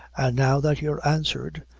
now that you're answered,